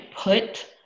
put